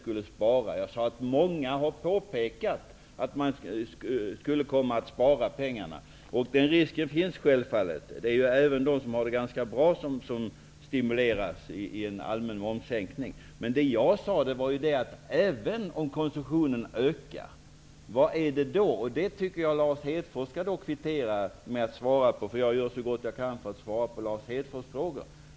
Jag sade att många har påpekat att de skulle komma att spara pengarna. Den risken finns självfallet. Även de som har det ganska bra stimuleras av en allmän momssänkning. Jag svarar så gott jag kan på Lars Hedfors frågor, och han bör kvittera med att svara på mina.